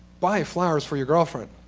buy flowers for your girlfriend.